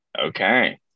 Okay